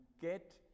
get